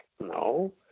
no